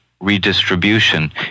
redistribution